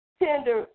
tender